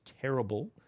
terrible